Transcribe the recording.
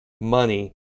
money